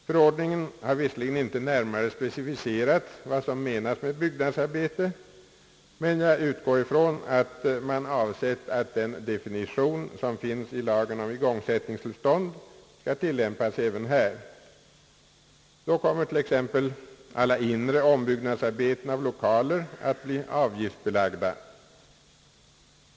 Förordningen har visserligen inte närmare specificerat vad som menas med byggnadsarbete, men jag utgår ifrån att man avsett att den definition, som finns i lagen om igångsättningstillstånd, skall tillämpas även här. Då kommer t.ex. alla inre ombyggnadsarbeten av lokaler att bli avgiftsbelagda.